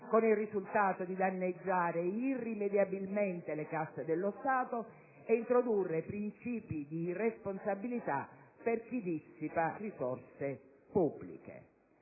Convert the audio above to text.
con il risultato di danneggiare irrimediabilmente le casse dello Stato ed introdurre principi di irresponsabilità per chi dissipa risorse pubbliche.